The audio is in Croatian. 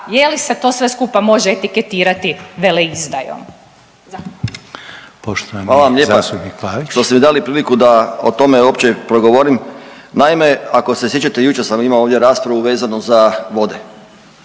jeli se to sve skupa može etiketirati veleizdajom?